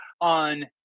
on